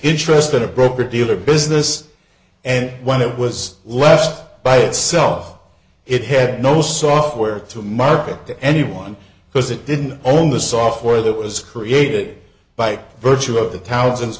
interest in a broker dealer business and when it was left by itself it had no software to market to anyone because it didn't own the software that was created by virtue of the towns